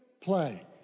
play